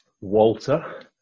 walter